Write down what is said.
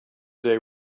day